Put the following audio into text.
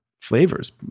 flavors